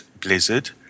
Blizzard